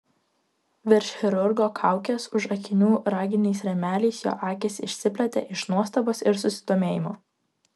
virš chirurgo kaukės už akinių raginiais rėmeliais jo akys išsiplėtė iš nuostabos ir susidomėjimo